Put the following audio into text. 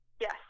Yes